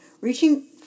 reaching